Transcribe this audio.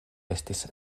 estis